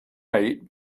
eight